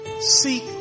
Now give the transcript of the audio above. seek